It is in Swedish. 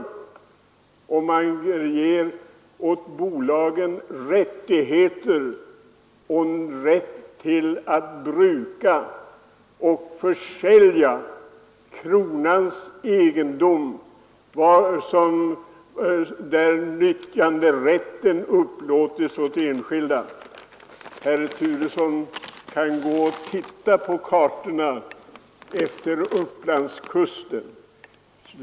Man ger åt bolagen rättigheter och rätt att bruka eller försälja kronans egendom medan nyttjanderätten upplåts åt enskilda. Herr Turesson kan titta på de kartor som är upprättade för Upplandskusten.